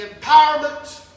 empowerment